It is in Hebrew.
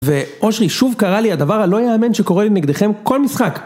ואושרי שוב קרה לי הדבר הלא יאמן שקורה לי נגדכם כל משחק